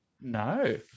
No